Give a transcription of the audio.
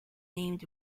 named